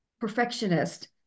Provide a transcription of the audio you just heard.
perfectionist